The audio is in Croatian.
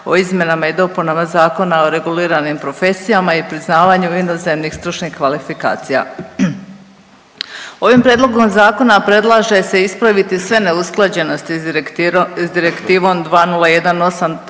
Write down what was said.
o izmjenama i dopunama Zakona o reguliranim profesijama i priznavanju inozemnih stručnih kvalifikacija. Ovim prijedlogom zakona predlaže se ispraviti sve neusklađenosti s Direktivom 2018/958